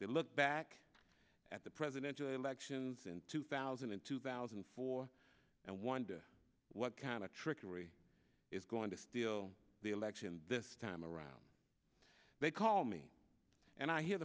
they look back at the presidential elections in two thousand and two thousand and four and wonder what kind of trickery is going to steal the election this time around they call me and i hear